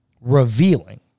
revealing